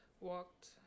walked